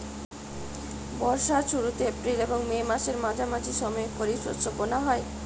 বর্ষার শুরুতে এপ্রিল এবং মে মাসের মাঝামাঝি সময়ে খরিপ শস্য বোনা হয়